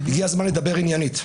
הגיע הזמן לדבר עניינית.